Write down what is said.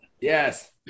Yes